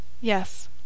Yes